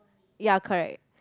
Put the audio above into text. ya correct